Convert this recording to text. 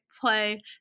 Play